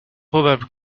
probable